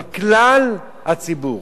על כלל הציבור.